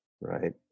Right